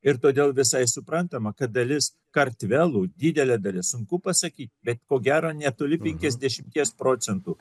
ir todėl visai suprantama kad dalis kartvelų didelė dalis sunku pasakyt bet ko gero netoli penkiasdešimties procentų